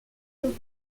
korea